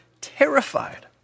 terrified